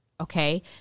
okay